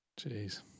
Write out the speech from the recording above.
Jeez